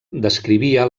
descrivia